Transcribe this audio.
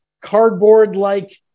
cardboard-like